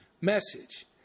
message